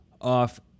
off